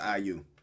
IU